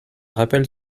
rappel